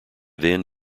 then